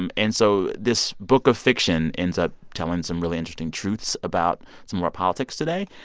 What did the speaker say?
um and so this book of fiction ends up telling some really interesting truths about some of our politics today.